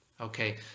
Okay